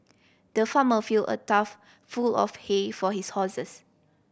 the farmer filled a trough full of hay for his horses